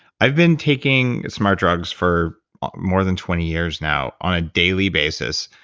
i've been taking smart drugs for more than twenty years now, on a daily basis,